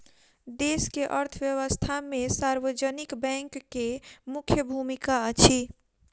देश के अर्थव्यवस्था में सार्वजनिक बैंक के मुख्य भूमिका अछि